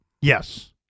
Yes